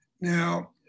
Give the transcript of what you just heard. Now